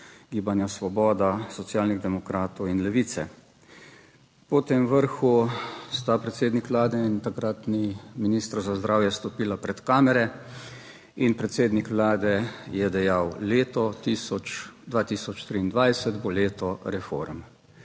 Gibanja Svoboda, Socialnih demokratov in Levice. Po tem vrhu sta predsednik Vlade in takratni minister za zdravje stopila pred kamere in predsednik Vlade je dejal, leto 2023 bo leto reform